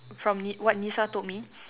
from Ni~ what Nisa told me